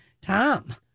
Tom